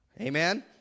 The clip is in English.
Amen